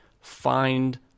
find